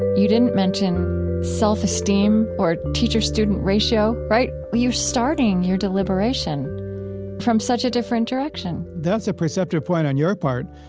you didn't mention self-esteem or teacher-student ratio, right? well, you're starting your deliberation from such a different direction that's a perceptive point on your part,